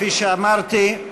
כפי שאמרתי,